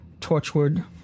torchwood